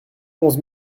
onze